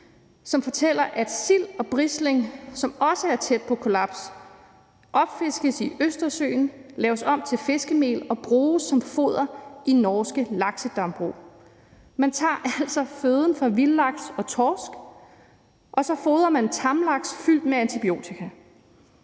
som fortæller, at sild og brisling, som også er tæt på kollaps, opfiskes i Østersøen, laves om til fiskemel og bruges som foder i norske laksedambrug. Man tager altså føden fra vildlaks og torsk, og så fodrer man tamlaks fyldt med antibiotika.